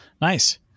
nice